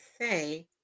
say